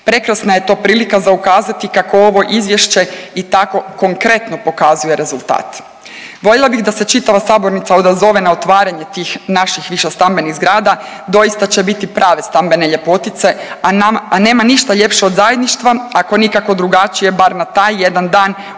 prekrasna je to prilika za ukazati kako ovo izvješće i tako konkretno pokazuje rezultat. Voljela bih da se čitava sabornica odazove na otvaranje tih naših višestambenih zgrada, doista će biti prave stambene ljepotice, a nema ništa ljepše od zajedništva ako nikako drugačije bar na taj jedan dan